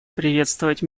приветствовать